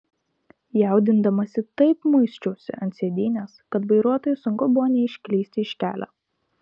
jaudindamasi taip muisčiausi ant sėdynės kad vairuotojui sunku buvo neišklysti iš kelio